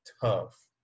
tough